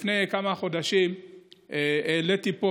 לפני כמה חודשים העליתי פה,